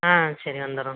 ஆ சரி வந்துடுறோம்